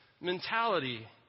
mentality